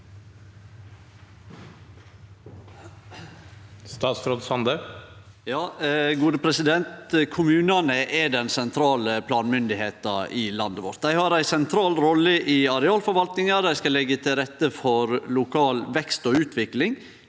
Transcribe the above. Statsråd Erling Sande Kommunane er den sentrale planmyndigheita i landet vårt. Dei har ei sentral rolle i arealforvaltninga og skal leggje til rette for lokal vekst og utvikling